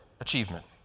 achievement